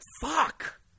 fuck